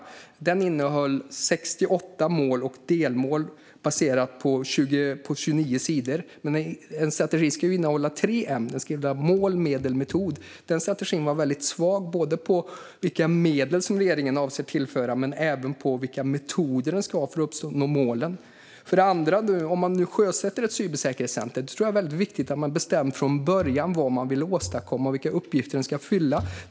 Strategin innehöll 68 mål och delmål, fördelat på 29 sidor. Men en strategi ska innehålla tre M: mål, medel och metod. Denna strategi var svag i fråga om både vilka medel som regeringen avser att tillföra och med vilka metoder man ska uppnå målen. För det andra: Om man nu sjösätter ett cybersäkerhetscenter tror jag att det är viktigt att man från början har bestämt vad man vill åstadkomma och vilka uppgifter detta center ska ha.